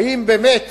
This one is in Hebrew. האם באמת